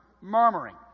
murmuring